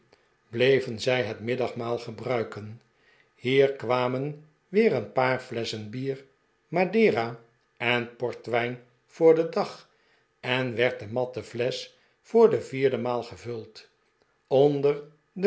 bleven zij het middagmaal gebruiken hier kwamen weer een paar flesschen bier madera en portwijn voor den dag en werd de matten flesch voor de vierde maal gevuld onder